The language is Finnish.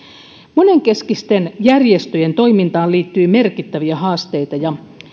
monenkeskisten järjestöjen toimintaan liittyy merkittäviä haasteita ja